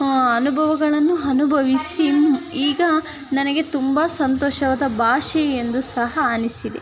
ಅನುಭವಗಳನ್ನು ಅನುಭವಿಸಿ ಈಗ ನನಗೆ ತುಂಬ ಸಂತೋಷವಾದ ಭಾಷೆ ಎಂದು ಸಹ ಅನಿಸಿದೆ